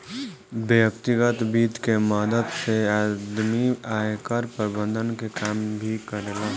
व्यतिगत वित्त के मदद से आदमी आयकर प्रबंधन के काम भी करेला